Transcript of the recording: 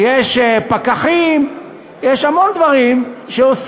יש פקחים, יש המון דברים שעושים,